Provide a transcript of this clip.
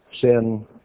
Sin